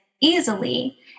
easily